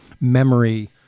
memory